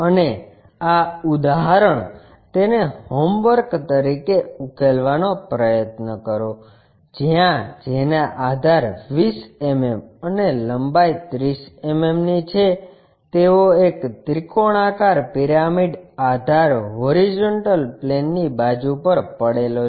અને આ ઉદાહરણ તેને હોમવર્ક તરીકે ઉકેલવાનો પ્રયત્ન કરો જ્યાં જેના આધાર 20 mm અને લંબાઈ 30 mm ની છે તેવો ઍક ત્રિકોણાકાર પિરામિડ આધાર હોરીઝોન્ટલ પ્લેનની બાજુ પર પડેલો છે